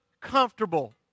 comfortable